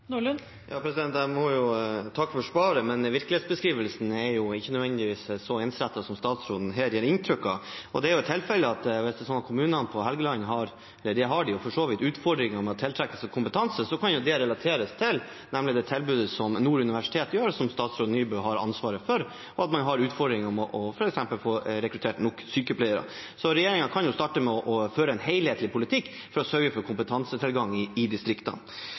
Jeg takker for svaret, men virkelighetsbeskrivelsen er ikke nødvendigvis så ensrettet som statsråden her gir inntrykk av. Hvis kommunene i Helgeland har utfordringer med å tiltrekke seg kompetanse – og det har de for så vidt – kan det relateres til det tilbudet som Nord universitet har, og som statsråd Nybø har ansvaret for, og at man har utfordringer med f.eks. å få rekruttert nok sykepleiere. Så regjeringen kan jo starte med å føre en helhetlig politikk for å sørge for kompetansetilgang i distriktene.